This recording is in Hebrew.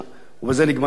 ובזה נגמר העניין.